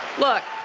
look,